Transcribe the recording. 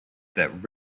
that